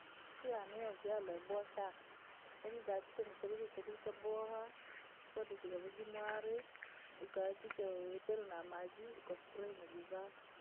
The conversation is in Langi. Siku yane yoonalwa yaaboowa saana, yaani nkaakikishe naterekire chakuria chaboowa, soda jakavaa jimwaree, ukahakikishe uitere na maji ukafurahi na vana vako.